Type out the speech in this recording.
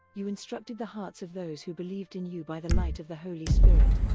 you instructed the hearts of those who believed in you by the light of the holy spirit.